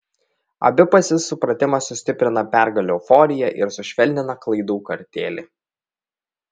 abipusis supratimas sustiprina pergalių euforiją ir sušvelnina klaidų kartėlį